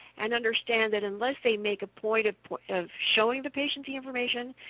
and understand that unless they make a point of point of showing the patient the information,